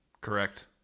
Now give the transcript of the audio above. Correct